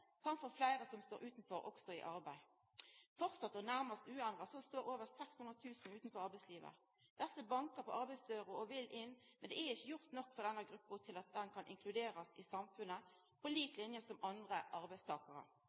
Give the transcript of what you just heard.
som står utanfor, også i arbeid. Framleis, og nærast uendra, står over 600 000 utanfor arbeidslivet. Desse bankar på arbeidsdøra og vil inn, men det er ikkje gjort nok for denne gruppa til at ho kan inkluderast i samfunnet, på lik linje med andre arbeidstakarar.